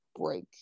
break